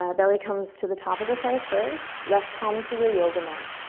ah belly comes to the top of the thigh first, left palm to your yoga mat.